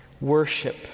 Worship